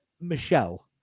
Michelle